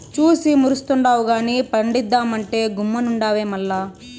చూసి మురుస్తుండావు గానీ పండిద్దామంటే గమ్మునుండావే మల్ల